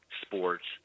sports